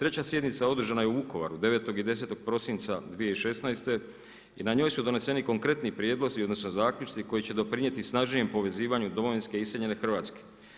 3. sjednica održana je u Vukovaru 9. i 10. prosinca 2016. i na njoj su doneseni konkretni prijedlozi odnosno zaključci koji će doprinijeti snažnijem povezivanju domovinske iseljene Hrvatske.